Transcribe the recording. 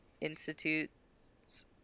Institutes